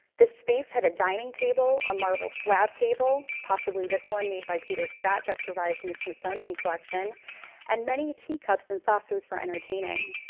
the space had a dining table, a marble slab table, possibly this one made by peter scott that survives in the smithsonian collection and many tea cups and saucers for entertaining.